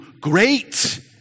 great